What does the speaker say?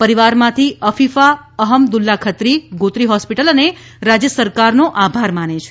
પરિવાર માંથી અફીફા અહમદુલ્લા ખત્રી ગોત્રી હોસ્પિટલ અને રાજય સરકાર નો આભાર માને છે